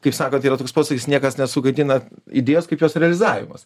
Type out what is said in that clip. kai sakant yra toks posakis niekas nesugadina idėjos kaip jos realizavimas